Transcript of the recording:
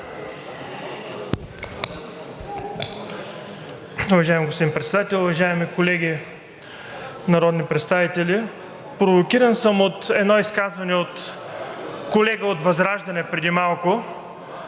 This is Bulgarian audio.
Уважаеми господин Председател, уважаеми колеги народни представители! Провокиран съм от едно изказване на колега от ВЪЗРАЖДАНЕ преди малко,